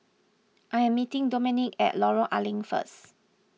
I am meeting Domenic at Lorong A Leng first